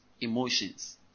emotions